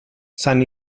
san